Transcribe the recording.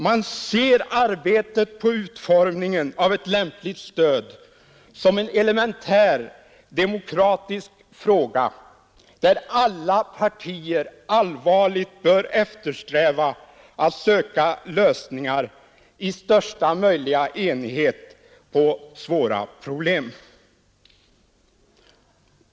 Man ser arbetet på utformningen av ett lämpligt stöd som en elementär demokratisk fråga, där alla partier allvarligt bör eftersträva att i största möjliga enighet söka lösningar på svåra problem.